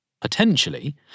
Potentially